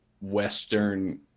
western